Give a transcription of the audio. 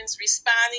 responding